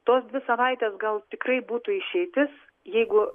tos dvi savaitės gal tikrai būtų išeitis jeigu